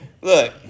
look